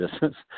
business